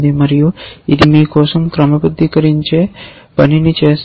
మరియు ఇది మీ కోసం క్రమబద్ధీకరించే పనిని చేస్తుంది